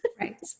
Right